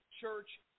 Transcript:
church